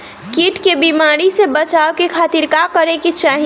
कीट के बीमारी से बचाव के खातिर का करे के चाही?